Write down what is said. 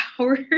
hours